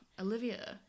Olivia